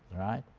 right?